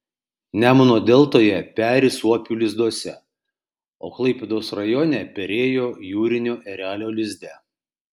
nemuno deltoje peri suopių lizduose o klaipėdos rajone perėjo jūrinio erelio lizde